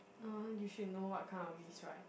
uh you should know what kind of risk right